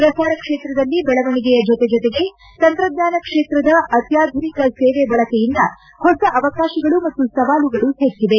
ಪ್ರಸಾರ ಕ್ಷೇತ್ರದಲ್ಲಿ ಬೆಳವಣಿಗೆಯ ಜೊತೆಜೊತೆಗೆ ತಂತ್ರಜ್ಞಾನ ಕ್ಷೇತ್ರದ ಅತ್ಯಾಧುನಿಕ ಸೇವೆ ಬಳಕೆಯಿಂದ ಹೊಸ ಅವಕಾಶಗಳು ಮತ್ತ ಸವಾಲುಗಳು ಹೆಚ್ಚವೆ